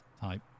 type